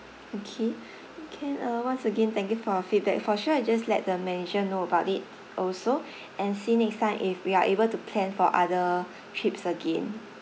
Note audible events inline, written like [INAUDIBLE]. okay [BREATH] can uh once again thank you for your feedback for sure I just let the manager know about it also [BREATH] and see next time if we are able to plan for other trips again